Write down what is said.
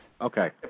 Okay